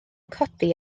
codi